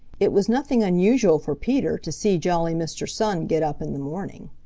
it was nothing unusual for peter to see jolly mr. sun get up in the morning.